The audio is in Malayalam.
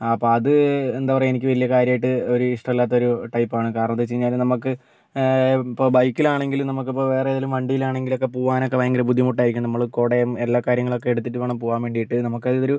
അപ്പം അത് എന്താ പറയുക എനിക്ക് വലിയ കാര്യമായിട്ട് ഒരു ഇഷ്ടമില്ലാത്തൊരു ടൈപ്പാണ് കാരണം എന്തെന്ന് വെച്ചു കഴിഞ്ഞാൽ നമുക്ക് ഇപ്പോൾ ബൈക്കിലാണെങ്കിലും നമുക്കിപ്പോൾ വേറെ ഏതെങ്കിലും വണ്ടിയിലാണെങ്കിലും ഓക്കെ പോകാനൊക്കെ ഭയങ്കര ബുദ്ധിമുട്ടായിരിക്കും നമ്മൾ കുടയും എല്ലാ കാര്യങ്ങളൊക്കെ എടുത്തിട്ട് വേണം പോകാൻ വേണ്ടിയിട്ട് നമ്മുക്കതൊരു